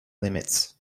limits